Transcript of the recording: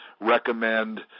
recommend